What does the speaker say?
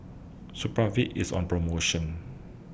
Supravit IS on promotion